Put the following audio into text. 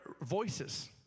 voices